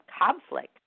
conflict